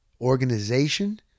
organization